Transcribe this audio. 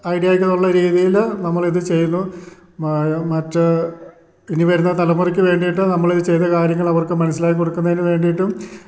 ഐഡിയായിക്ക് എന്നൊള്ള ഒരു രീതിയിൽ നമ്മൾ ഇത് ചെയ്യുന്നു മറ്റ് ഇനി വരുന്ന തലമുറക്ക് വേണ്ടീട്ട് നമ്മൾ ഈ ചെയ്ത കാര്യങ്ങൾ അവർക്ക് മനസ്സിലാക്കി കൊടുക്കുന്നതിന് വേണ്ടീട്ടും